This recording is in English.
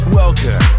welcome